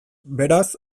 beraz